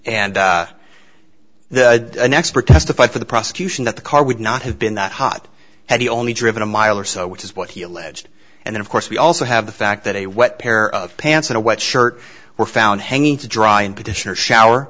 and an expert testified for the prosecution that the car would not have been that hot had he only driven a mile or so which is what he alleged and then of course we also have the fact that a wet pair of pants and a white shirt were found hanging to dry and petitioner shower